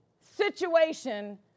situation